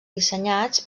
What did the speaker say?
dissenyats